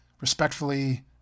respectfully